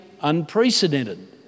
unprecedented